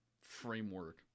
framework